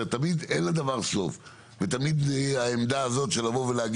תמיד אין לדבר סוף ותמיד תהיה העמדה שאומרת